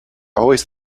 always